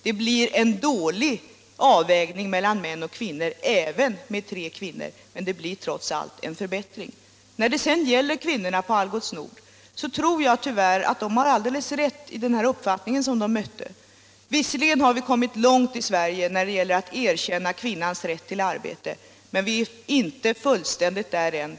Det blir en dålig avvägning mellan män och kvinnor även med tre kvinnor, men det blir trots allt en förbättring. När det sedan gäller kvinnorna på Algots Nord tror jag tyvärr att de har alldeles rätt då de anser att de mötte uppfattningen att kvinnornas arbete inte är lika viktigt som männens. Visserligen har vi kommit långt när det gäller att erkänna kvinnans rätt till arbete, men vi har inte nått till en fullständig jämställdhet.